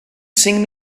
sing